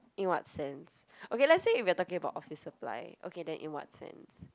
in what sense okay let's say if we're talking about office supply okay then in what sense